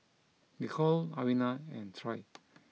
Nicole Alvina and Troy